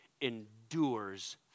endures